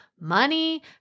money